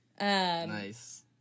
Nice